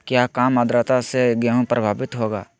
क्या काम आद्रता से गेहु प्रभाभीत होगा?